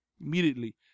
immediately